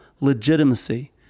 legitimacy